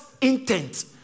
intent